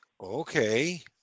okay